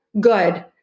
good